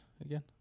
again